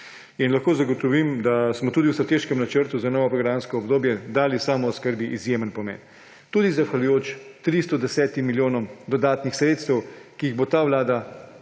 Lahko zagotovim, da smo tudi v strateškem načrtu za novo programsko obdobje dali samooskrbi izjemen pomen, tudi zahvaljujoč 310 milijonom dodatnih sredstev, ki jih bo ta vlada,